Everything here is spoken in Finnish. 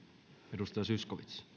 arvoisa